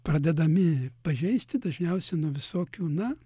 pradedami pažeisti dažniausiai nuo visokių na